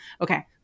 Okay